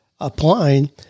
applying